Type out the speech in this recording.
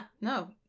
No